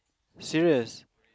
serious